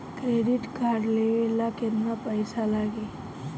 Credit card लेवे ला केतना पइसा लागी?